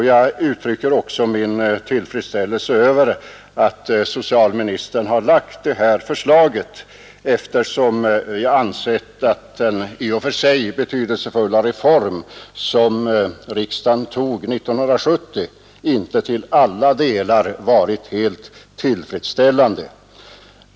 Jag uttrycker också min glädje över att socialministern har lagt detta förslag, eftersom jag anser att den i och för sig betydelsefulla reform som riksdagen beslutade om 1970 inte till alla delar har varit helt tillfredsställande.